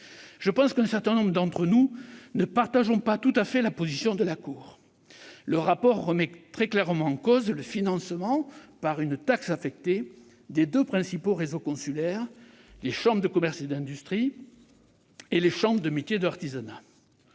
Je pense que certains d'entre nous ne partagent pas tout à fait la position de la Cour. Le rapport remet très clairement en cause le financement par une taxe affectée des deux principaux réseaux consulaires, les chambres de commerce et d'industrie, les CCI, et les chambres de métiers et de l'artisanat,